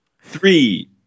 Three